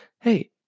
Hey